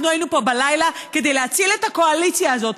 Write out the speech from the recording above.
אנחנו היינו פה בלילה כדי להציל את הקואליציה הזאת,